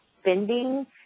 spending